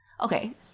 Okay